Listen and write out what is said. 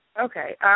Okay